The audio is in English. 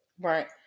Right